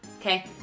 Okay